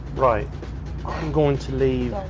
right, i'm going to leave.